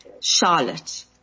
Charlotte